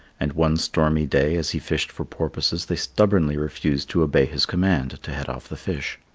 and one stormy day as he fished for porpoises they stubbornly refused to obey his command to head off the fish.